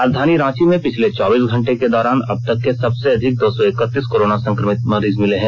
राजधानी रांची में पिछले चौबीस घंटे के दौरान अब तक के सबसे अधिक दो सौ इक्कतीस कोरोना संक्रमित मरीज मिले हैं